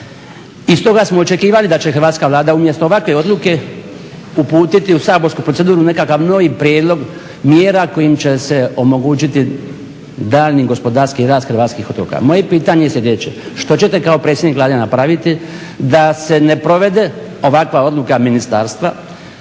I stoga smo očekivali da će hrvatska Vlada umjesto ovakve odluke uputiti u saborsku proceduru nekakav novi prijedlog mjera kojim će se omogućiti daljnji gospodarski rast hrvatskih otoka. Moje je pitanje sljedeće: Što ćete kao predsjednik Vlade napraviti da se ne provede ovakva odluka ministarstva